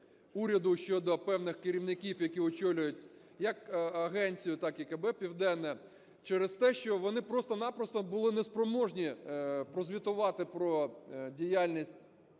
уряду щодо певних керівників, які очолюють як агенцію, так і КБ "Південне", через те, що вони просто-на-просто були неспроможні прозвітувати про діяльність